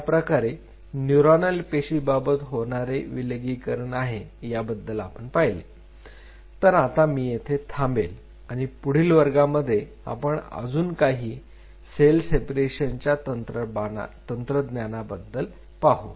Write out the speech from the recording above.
याप्रकारे न्यूरॉनल पेशी बाबत होणारे विलगीकरण आहे याबद्दल आपण पाहिले तर आता मी येथे थांबेल आणि पुढील वर्गामध्ये आपण अजून काही ही सेल सेपरेशनच्या तंत्रज्ञानाबाबत पाहू